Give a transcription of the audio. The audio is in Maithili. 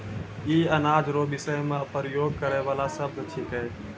ई अनाज रो विषय मे प्रयोग करै वाला शब्द छिकै